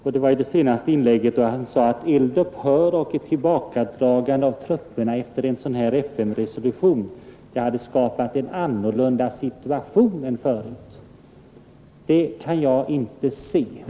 I sitt senaste inlägg sade han att eld-upphör och ett tillbakadragande av trupperna efter en sådan här FN-resolution skulle skapat en annorlunda situation än förut. Det kan jag inte se.